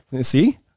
see